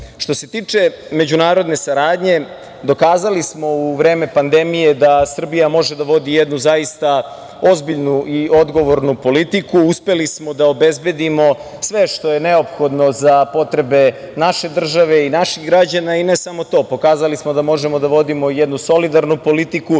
se tiče međunarodne saradnje, dokazali smo u vreme pandemije da Srbija može da vodi jednu zaista ozbiljnu i odgovornu politiku. Uspeli smo da obezbedimo sve što je neophodno za potrebe naše države i naših građana. Ne samo to, pokazali smo da možemo da vodimo jednu solidarnu politiku,